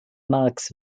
marx